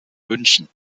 münchen